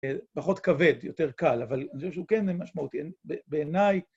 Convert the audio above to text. פחות כבד, יותר קל, אבל אני חושב שהוא כן משמעותי, בעיניי...